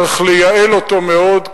צריך לייעל אותו מאוד,